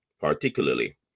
particularly